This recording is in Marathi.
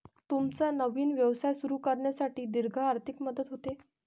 तुमचा नवीन व्यवसाय सुरू करण्यासाठी दीर्घ आर्थिक मदत होते